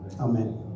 amen